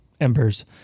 embers